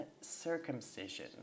circumcision